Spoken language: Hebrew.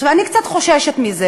אני קצת חוששת מזה,